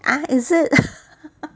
ah is it